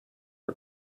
are